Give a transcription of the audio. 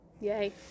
Yay